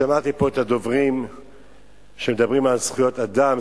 שמעתי פה את הדוברים שמדברים על זכויות אדם,